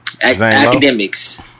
Academics